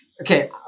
okay